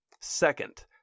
Second